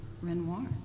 Renoir